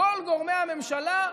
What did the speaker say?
כל גורמי הממשלה,